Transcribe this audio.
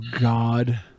god